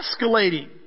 escalating